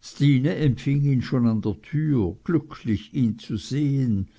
stine empfing ihn schon an der tür glücklich ihn zu sehen